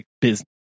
business